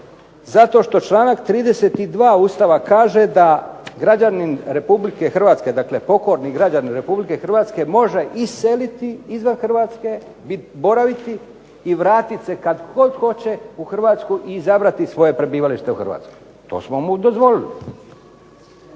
Zato što članak 32. Ustava kaže da građanin RH, dakle pokorni građanin RH, može iseliti izvan Hrvatske, boraviti i vratiti se kad god hoće u Hrvatsku i izabrati svoje prebivalište u Hrvatskoj. To smo mu dozvolili.